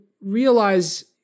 realize